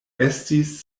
estis